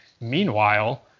meanwhile